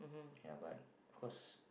ya but of course